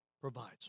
provides